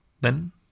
Then